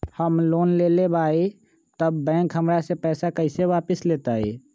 हम लोन लेलेबाई तब बैंक हमरा से पैसा कइसे वापिस लेतई?